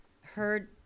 heard